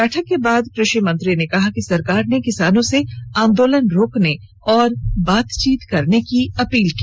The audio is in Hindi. बैठक के बाद कृषि मंत्री ने कहा कि सरकार ने किसानों से आंदोलन रोकने और बातचीत करने की अपील की